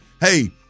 Hey